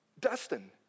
Dustin